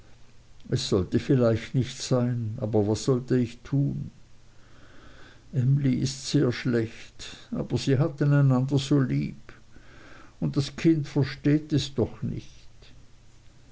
es sollte viel leicht nicht sein aber was soll ich tun emly ist sehr schlecht aber sie hatten einander so lieb und das kind versteht es doch nicht